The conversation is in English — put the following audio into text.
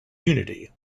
unity